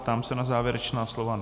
Ptám se na závěrečná slova.